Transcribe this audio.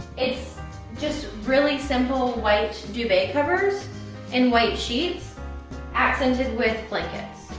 it's just really simple, white duvet covers and white sheets accented with blankets.